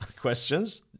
questions